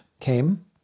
came